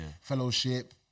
fellowship